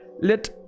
let